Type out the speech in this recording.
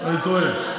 אני טועה?